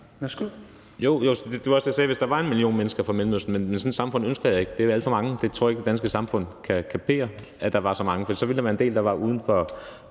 Det var også det, jeg sagde: hvis der var en million mennesker fra Mellemøsten. Men sådan et samfund ønsker jeg ikke. Det er alt for mange. Så mange tror jeg ikke det danske samfund kan kapere, for så ville der være en del, der ikke